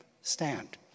stand